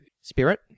spirit